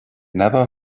never